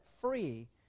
free